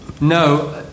No